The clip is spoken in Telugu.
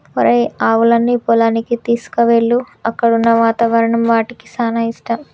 ఒరేయ్ ఆవులన్నీ పొలానికి తీసుకువెళ్ళు అక్కడున్న వాతావరణం వాటికి సానా ఇష్టం